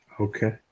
Okay